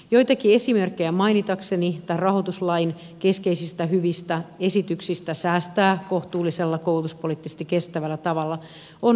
joitakin esimerkkejä mainitakseni tämän rahoituslain keskeisistä hyvistä esityksistä säästää kohtuullisella koulutuspoliittisesti kestävällä tavalla